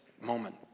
moment